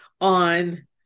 on